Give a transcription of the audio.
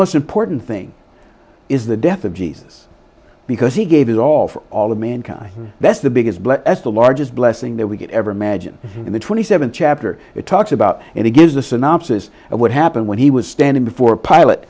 most important thing is the death of jesus because he gave it all for all of mankind that's the biggest bless the largest blessing that we could ever imagine in the twenty seven chapter it talks about and he gives a synopsis of what happened when he was standing before a pilot